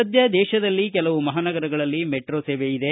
ಸದ್ಯ ದೇಶದಲ್ಲಿ ಕೆಲವು ಮಹಾನಗರಗಳಲ್ಲಿ ಮೆಟ್ರೋ ಸೇವೆ ಇದೆ